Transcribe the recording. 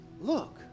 look